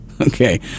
Okay